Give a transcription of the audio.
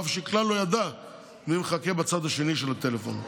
אף שכלל לא ידע מי מחכה בצד השני של הטלפון.